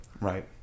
right